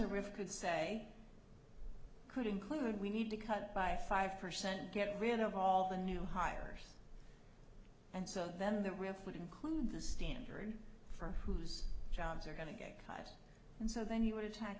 a rift could say could include we need to cut by five percent get rid of all the new hires and so then the riff would include the standard for whose jobs are going to get cut and so then you would attack